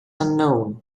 unknown